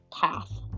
path